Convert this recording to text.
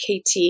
KT